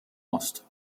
ost